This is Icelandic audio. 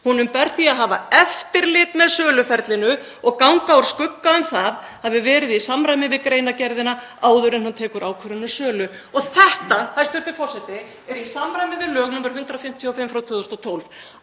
Honum ber því að hafa eftirlit með söluferlinu og ganga úr skugga um að það hafi verið í samræmi við greinargerðina áður en hann tekur ákvörðun um sölu.“ Þetta, hæstv. forseti, er í samræmi við lög nr. 155/2012.